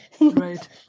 Right